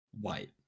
white